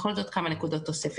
בכל זאת כמה נקודות תוספת.